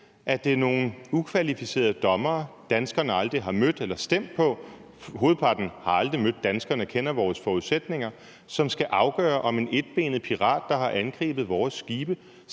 at det er nogle ukvalificerede dommere, danskerne aldrig har mødt eller stemt på – hovedparten af dem har aldrig mødt danskerne og kender ikke vores forudsætninger – som skal afgøre, om den etbenede pirat, der har angrebet vores skibe,